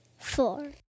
four